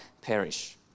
perish